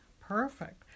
Perfect